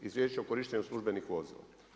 Izvješće o korištenju službenih vozila.